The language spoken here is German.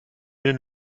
den